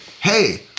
Hey